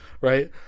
right